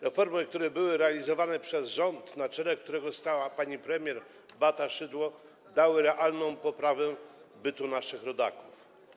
Reformy, które były realizowane przez rząd, na którego czele stała pani premier Beata Szydło, dały realną poprawę bytu naszych rodaków.